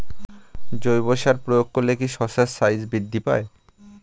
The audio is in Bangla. জৈব সার প্রয়োগ করলে কি শশার সাইজ বৃদ্ধি পায়?